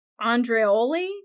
Andreoli